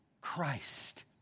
Christ